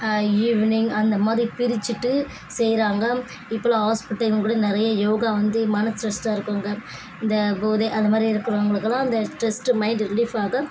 evening அந்த மாதிரி பிரிச்சிட்டு செய்கிறாங்க இப்பெல்லாம் ஹாஸ்பிட்டல்ங்க கூட நிறைய யோகா வந்து மனது ஸ்ட்ரெஷ்டாக இருக்கவங்க இந்த போதை அந்த மாதிரி இருக்கிறவங்களுக்கெல்லாம் அந்த ஸ்ட்ரெஸ்ட்டு மைண்டு ரிலீஃப் ஆக